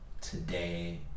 today